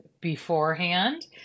beforehand